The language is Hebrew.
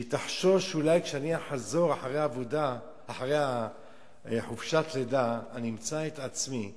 שהיא תחשוש: אולי כשאני אחזור אחרי חופשת הלידה אמצא את עצמי מפוטרת,